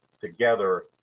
together